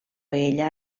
ella